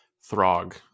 throg